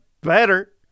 better